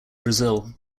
brazil